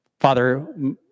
Father